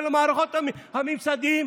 של המערכות הממסדיות,